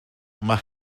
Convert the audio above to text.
mae